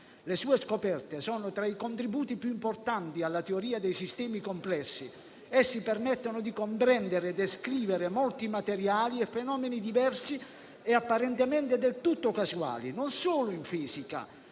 Le sue scoperte sono tra i contributi più importanti alla teoria dei sistemi complessi. Esse permettono di comprendere e descrivere molti materiali e fenomeni diversi e apparentemente del tutto casuali, non solo in fisica,